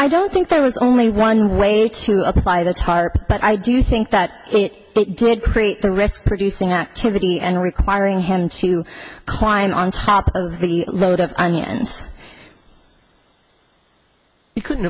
i don't think there was only one way to apply the tarp but i do think that he did create the risk producing activity and requiring him to climb on top of the load of onions he couldn't